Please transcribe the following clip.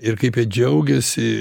ir kaip jie džiaugiasi